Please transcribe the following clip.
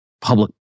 public